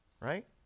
right